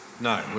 No